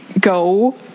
go